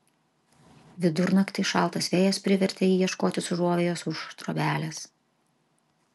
vidurnaktį šaltas vėjas privertė jį ieškotis užuovėjos už trobelės